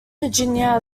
virginia